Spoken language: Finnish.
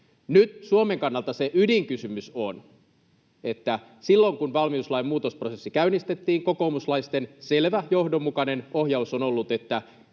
Nyt Suomen kannalta se ydinkysymys on, että silloin, kun valmiuslain muutosprosessi käynnistettiin, kokoomuslaisten selvä johdonmukainen ohjaus on ollut, että